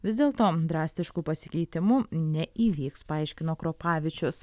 vis dėl to drastiškų pasikeitimų neįvyks paaiškino krupavičius